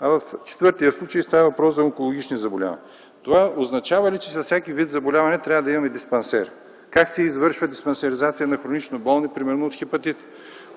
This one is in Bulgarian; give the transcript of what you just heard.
в четвъртия случай става въпрос за онкологични заболявания? Това означава ли, че за всеки вид заболяване трябва да имаме диспансер? Как се извършва диспансеризация на хронично болни, примерно, от хепатит?